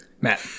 Matt